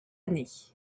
année